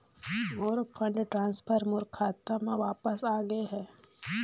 मोर fund transfer मोर खाता म वापस आ गे हे